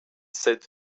said